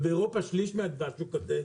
ובאירופה שליש מהדבש הוא כזה,